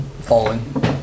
falling